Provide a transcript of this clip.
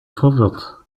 verwirrt